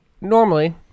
normally